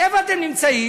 איפה אתם נמצאים?